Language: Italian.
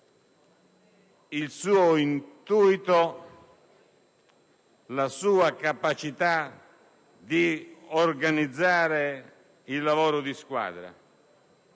il suo intuito; la sua capacità di organizzare il lavoro di squadra.